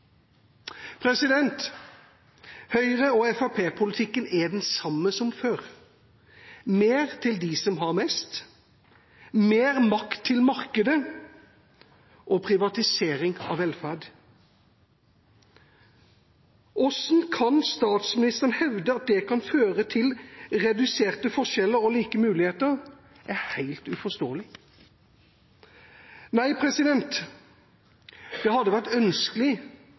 er den samme som før: Mer til dem som har mest, mer makt til markedet og privatisering av velferd. Hvordan statsministeren kan hevde at det kan føre til reduserte forskjeller og like muligheter, er helt uforståelig. Nei, det hadde vært ønskelig,